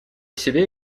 себе